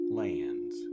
lands